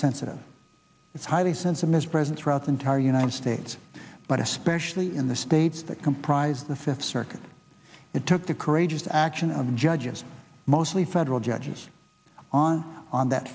sensitive it's highly sense of his presence throughout the entire united states but especially in the states that comprise the fifth circuit it took the courageous action of judges mostly federal judges on on that